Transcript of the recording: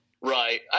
Right